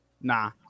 nah